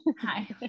Hi